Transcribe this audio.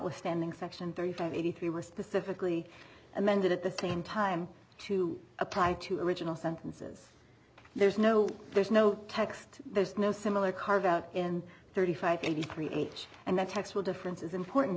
notwithstanding section thirty five eighty three were specifically amended at the same time to apply to original sentences there's no there's no text there's no similar carve out in thirty five eighty three age and that tax will difference is important